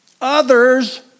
Others